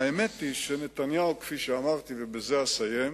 האמת היא שנתניהו, כפי שאמרתי, ובזה אסיים,